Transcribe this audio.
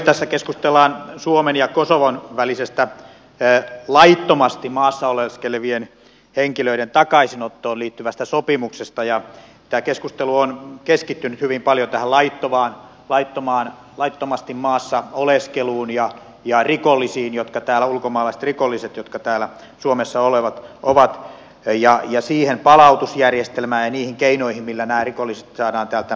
tässä keskustellaan suomen ja kosovon välisestä laittomasti maassa oleskelevien henkilöiden takaisinottoon liittyvästä sopimuksesta ja tämä keskustelu on keskittynyt hyvin paljon tähän laittomasti maassa oleskeluun ja ulkomaalaisiin rikollisiin jotka täällä suomessa ovat ja siihen palautusjärjestelmään ja niihin keinoihin millä nämä rikolliset saadaan täältä palautettua